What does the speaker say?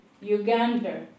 Uganda